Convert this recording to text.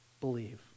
Believe